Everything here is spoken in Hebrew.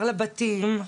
לבתים.